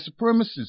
supremacists